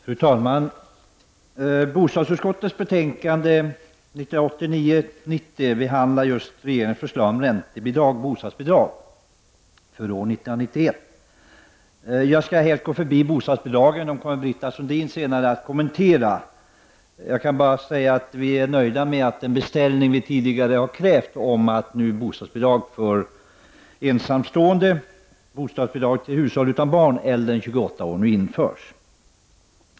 Fru talman! Bostadsutskottets betänkande 1989/90:21 behandlar regeringens förslag om räntebidrag och bostadsbidrag för år 1991. Jag avser att helt gå förbi bostadsbidragen, eftersom Britta Sundin senare kommer att kommentera de förslag som berör dem. Vi är nöjda med att de krav vi sedan länge haft på att det bör införas bostadsbidrag för ensamstående och bostadsbidrag till bidragstagare utan barn och äldre än 28 år nu tillgodoses.